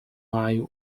maio